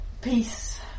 peace